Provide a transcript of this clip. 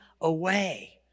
away